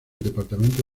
departamento